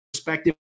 Perspective